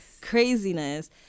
craziness